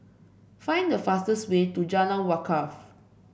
find the fastest way to Jalan Wakaff